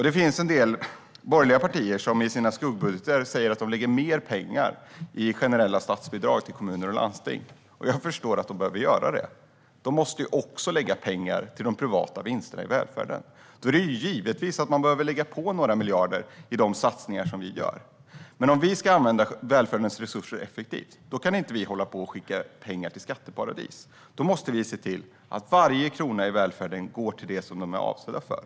Det finns en del borgerliga partier som i sina skuggbudgetar säger att de lägger mer pengar i generella statsbidrag till kommuner och landsting. Jag förstår att de behöver göra det. De måste ju också lägga pengar till de privata vinsterna i välfärden. Då är det givet att man behöver lägga på några miljarder i de satsningar som vi gör. Men om vi ska använda välfärdens resurser effektivt kan vi inte skicka pengar till skatteparadis. Då måste vi se till att varje krona i välfärden går till det som den är avsedd för.